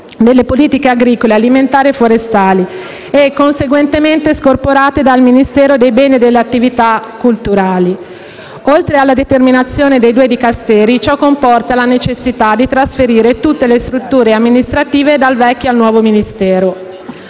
delle politiche agricole, alimentari e forestali e, conseguentemente, scorporate dal Ministero dei beni e delle attività culturali. Oltre alla ridenominazione dei due Dicasteri, ciò comporta la necessità di trasferire tutte le strutture amministrative dal vecchio al nuovo Ministero.